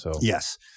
Yes